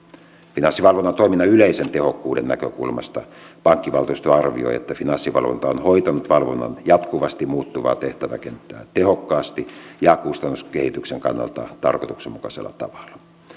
finanssivalvonnan toiminnan yleisen tehokkuuden näkökulmasta pankkivaltuusto arvioi että finanssivalvonta on hoitanut valvonnan jatkuvasti muuttuvaa tehtäväkenttää tehokkaasti ja kustannuskehityksen kannalta tarkoituksenmukaisella tavalla